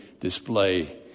display